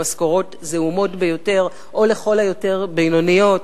במשכורות זעומות ביותר או לכל היותר בינוניות,